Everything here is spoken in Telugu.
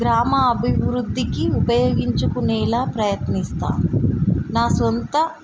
గ్రామ అభివృద్ధికి ఉపయోగించుకునేలాగ ప్రయత్నిస్తా నా సొంత